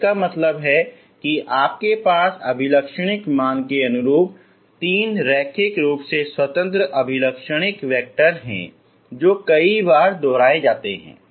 तो इसका मतलब है कि आपके पास अभिलक्षणिक मान के अनुरूप तीन रैखिक रूप से स्वतंत्र अभिलक्षणिक वैक्टर हैं जो कई बार दोहराए जाते हैं